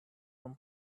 from